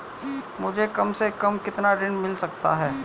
मुझे कम से कम कितना ऋण मिल सकता है?